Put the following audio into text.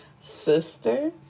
sister